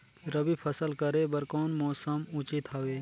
रबी फसल करे बर कोन मौसम उचित हवे?